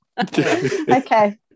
Okay